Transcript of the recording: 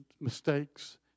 mistakes